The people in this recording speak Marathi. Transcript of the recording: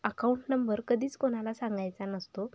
अकाउंट नंबर कधीच कोणाला सांगायचा नसतो